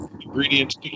ingredients